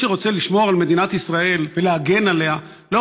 מי שרוצה לשמור על מדינת ישראל ולהגן עליה לא